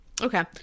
Okay